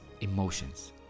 emotions